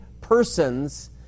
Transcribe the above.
persons